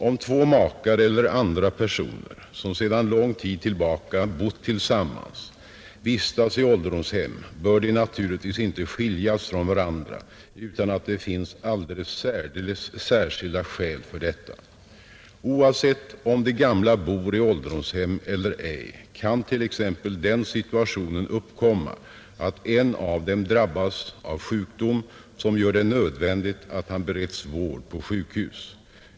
Om två makar eller andra personer, som sedan lång tid tillbaka bott tillsammans, vistas i ålderdomshem bör de naturligtvis inte skiljas från varandra utan att det finns alldeles särskilda skäl för detta, Oavsett om de gamla bor i ålderdomshem eller ej kan t.ex. den situationen uppkomma att en av dem drabbas av sjukdom som gör det nödvändigt att han bereds vård på sjukhus.